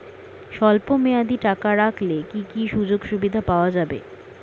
স্বল্পমেয়াদী টাকা রাখলে কি কি সুযোগ সুবিধা পাওয়া যাবে?